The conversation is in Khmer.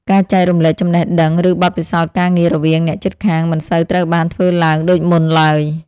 ការចែករំលែកចំណេះដឹង ឬបទពិសោធន៍ការងាររវាងអ្នកជិតខាងមិនសូវត្រូវបានធ្វើឡើងដូចមុនឡើយ។